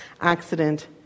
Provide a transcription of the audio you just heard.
Accident